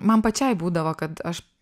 man pačiai būdavo kad aš